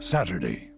Saturday